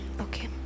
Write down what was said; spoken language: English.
Okay